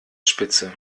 spitze